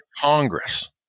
Congress